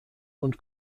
und